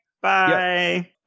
bye